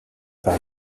par